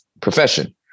profession